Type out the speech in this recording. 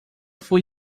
fue